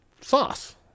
sauce